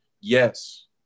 Yes